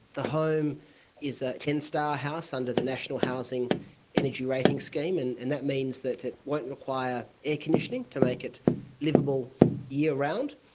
the home is a ten star house under the national housing energy rating scheme, and and that means that it won't require air conditioning to make it liveable year-round.